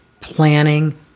planning